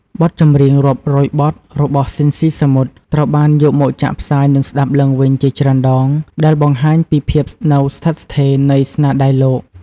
បទចម្រៀងរាប់រយបទរបស់ស៊ីន ស៊ីសាមុត ត្រូវបានយកមកចាក់ផ្សាយ និងស្ដាប់ឡើងវិញជាច្រើនដង ដែលបង្ហាញពីភាពនៅស្ថិតស្ថេរនៃស្នាដៃលោក ។